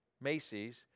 Macy's